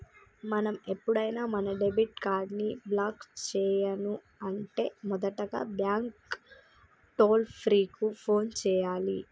మనం ఎప్పుడైనా మన డెబిట్ కార్డ్ ని బ్లాక్ చేయను అంటే మొదటగా బ్యాంకు టోల్ ఫ్రీ కు ఫోన్ చేయాలి